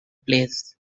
place